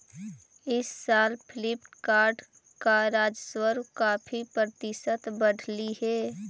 इस साल फ्लिपकार्ट का राजस्व काफी प्रतिशत बढ़लई हे